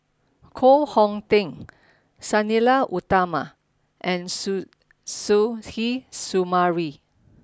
Koh Hong Teng Sang Nila Utama and Suzairhe Sumari